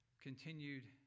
continued